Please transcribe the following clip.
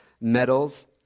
medals